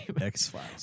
X-Files